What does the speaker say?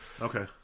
Okay